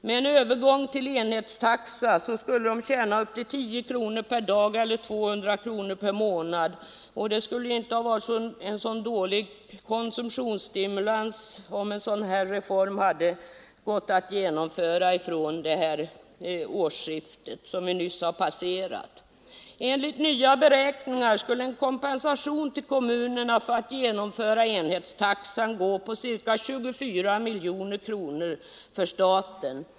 Med en övergång till enhetstaxa skulle de tjäna upp till 10 kronor per dag eller 200 kronor per månad, och det skulle inte bli en så dålig konsumtionsstimulans, om en sådan reform hade gått att genomföra från det årsskifte vi nyss passerat. Enligt nya beräkningar skulle en kompensation till kommunerna för att genomföra enhetstaxan gå på ca 24 miljoner kronor för staten.